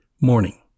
morning